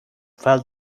fell